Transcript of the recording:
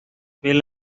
will